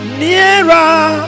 nearer